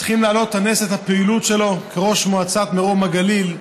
צריכים להעלות על נס את הפעילות שלו כראש מועצת מרום הגליל,